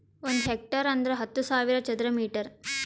ಒಂದ್ ಹೆಕ್ಟೇರ್ ಅಂದರ ಹತ್ತು ಸಾವಿರ ಚದರ ಮೀಟರ್